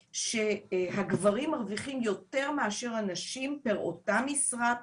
שהגברים מרוויחים יותר מאשר הנשים פר אותה המשרה,